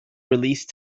release